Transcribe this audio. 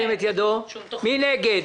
מי נגד?